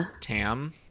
Tam